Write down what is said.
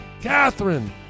Catherine